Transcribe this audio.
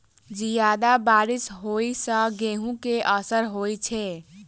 जियादा बारिश होइ सऽ गेंहूँ केँ असर होइ छै?